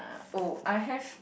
oh I have